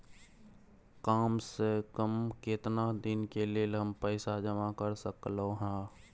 काम से कम केतना दिन के लेल हम पैसा जमा कर सकलौं हैं?